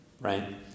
Right